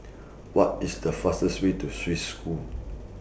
What IS The fastest Way to Swiss School